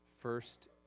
first